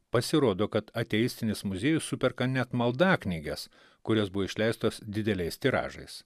pasirodo kad ateistinis muziejus superka net maldaknyges kurios buvo išleistos dideliais tiražais